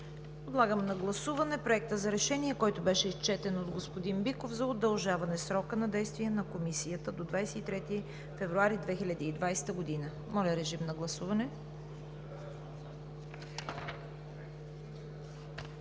подлагаме на гласуване Проекта на решение, който беше изчетен от господин Биков, за удължаване срока на действие на Комисията до 23 февруари 2020 г. Гласували